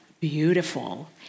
beautiful